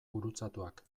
gurutzatuak